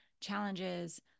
challenges